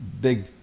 big